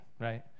right